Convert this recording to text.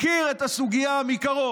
אני מכיר את הסוגיה מקרוב.